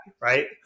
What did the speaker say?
right